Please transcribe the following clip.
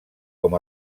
com